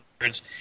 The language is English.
words